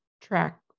track